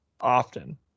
often